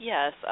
Yes